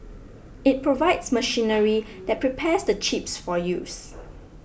it provides machinery that prepares the chips for use